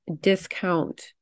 discount